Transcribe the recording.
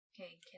Okay